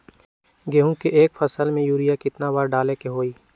गेंहू के एक फसल में यूरिया केतना बार डाले के होई?